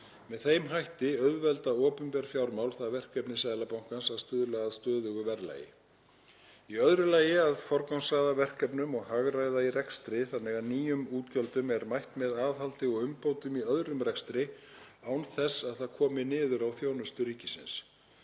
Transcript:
Með þeim hætti auðvelda opinber fjármál það verkefni Seðlabankans að stuðla að stöðugu verðlagi. Í öðru lagi að forgangsraða verkefnum og hagræða í rekstri þannig að nýjum útgjöldum er mætt með aðhaldi og umbótum í öðrum rekstri án þess að það komi niður á þjónustu ríkisins.